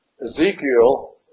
Ezekiel